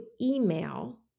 email